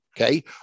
okay